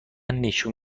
نشون